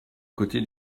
côté